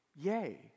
Yay